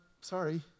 Sorry